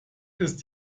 ist